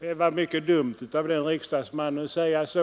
Det var mycket dumt av den riksdagsmannen att säga så.